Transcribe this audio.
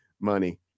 Money